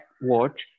watch